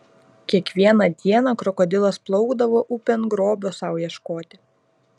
kiekvieną dieną krokodilas plaukdavo upėn grobio sau ieškoti